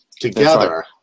together